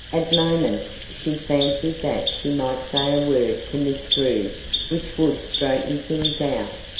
at moments she fancied that she might say a word to miss drew which would straighten things out.